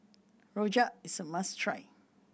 Rojak is a must try